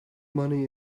money